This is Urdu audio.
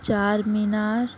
چار مینار